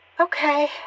Okay